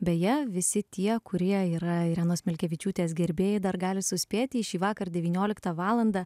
beje visi tie kurie yra irenos milkevičiūtės gerbėjai dar gali suspėti į šįvakar devynioliktą valandą